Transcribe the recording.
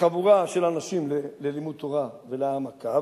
חבורה של אנשים ללימוד תורה ולהעמקה,